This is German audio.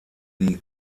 die